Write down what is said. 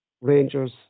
Rangers